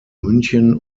münchen